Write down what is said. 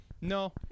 No